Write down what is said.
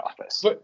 office